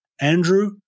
Andrew